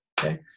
okay